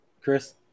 Chris